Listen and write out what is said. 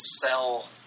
sell